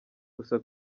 gusa